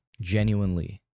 genuinely